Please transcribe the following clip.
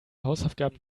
hausaufgaben